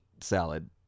salad